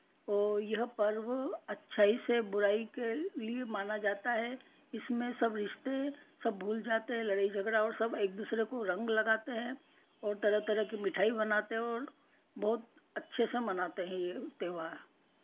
और यह पर्व अच्छाई से बुराई के लिए माना जाता है इसमें सब रिश्ते सब भूल जाते हैं लड़ाई झगड़ा और सब एक दूसरे को रंग लगाते हैं और तरह तरह की मिठाई बनाते हैं और बहुत अच्छे से मनाते है यह त्योहार